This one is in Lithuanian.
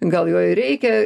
gal jo ir reikia